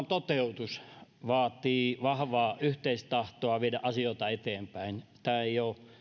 toteutus vaatii vahvaa yhteistahtoa viedä asioita eteenpäin tämä ei ole